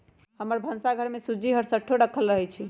हमर भन्सा घर में सूज्ज़ी हरसठ्ठो राखल रहइ छै